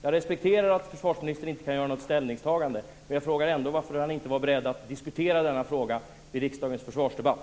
Jag respekterar att försvarsministern inte kan göra något ställningstagande, men jag frågar ändå varför han inte var beredd att diskutera denna fråga vid riksdagens försvarsdebatt.